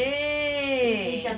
!chey!